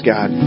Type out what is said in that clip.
God